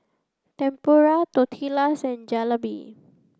Tempura Tortillas and Jalebi